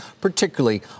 particularly